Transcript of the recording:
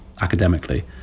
academically